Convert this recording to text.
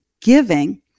Giving